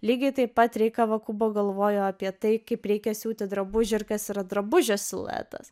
lygiai taip pat rei kavakubo galvojo apie tai kaip reikia siūti drabužį ir kas yra drabužio siluetas